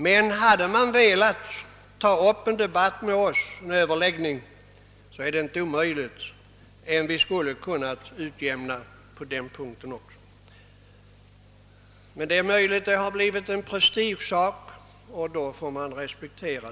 Men hade man velat ta upp en överläggning med oss, skulle vi kanske ha kunnat göra en utjämning även på denna punkt. Möjligt är dock att det hela nu blivit en prestigesak, som man måste respektera.